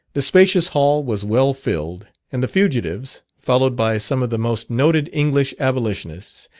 the spacious hall was well filled, and the fugitives, followed by some of the most noted english abolitionists,